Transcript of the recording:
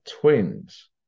twins